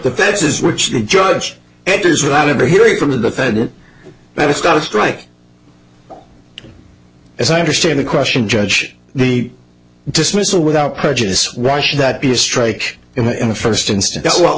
defenses which the judge enters without ever hearing from the defendant that it's not a strike as i understand the question judge the dismissal without prejudice why should that be a strike in the first in